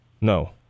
No